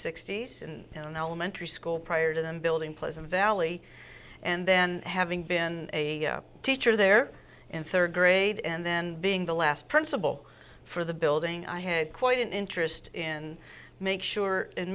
sixty s and now i'm entry school prior to them building pleasant valley and then having been a teacher there in third grade and then being the last principal for the building i had quite an interest in make sure and